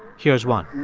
here's one